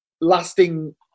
lasting